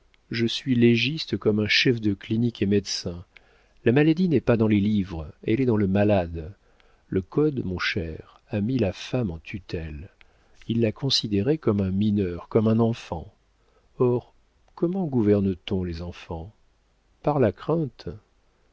je suis légiste comme un chef de clinique est médecin la maladie n'est pas dans les livres elle est dans le malade le code mon cher a mis la femme en tutelle il l'a considérée comme un mineur comme un enfant or comment gouverne t on les enfants par la crainte